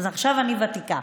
אז עכשיו אני ותיקה.